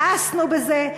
מאסנו בזה.